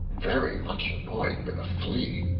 very much annoyed with a flea,